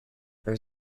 there